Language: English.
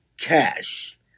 Cash